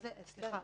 סליחה,